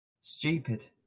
Stupid